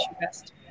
best